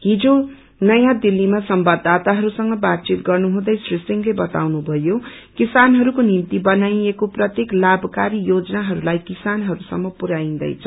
हिजो नयाँ दिल्लीमा संवाददाताहरूसँग बातचित गर्नु हुँदै श्री सिंहले बतादनुभयो किसानहस्वके निम्ति बनाईएको प्रतेक लाभकारी योजनाहरूलाई किसानहरूसम्म पुर्याईनैछ